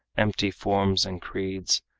empty forms and creeds,